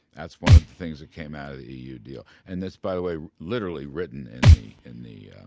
that's one of the things that came out of the eu deal and that's by the way literally written in the, in the,